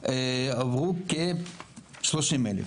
עברו כ-30 אלף,